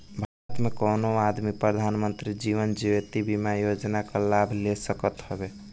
भारत के कवनो आदमी प्रधानमंत्री जीवन ज्योति बीमा योजना कअ लाभ ले सकत हवे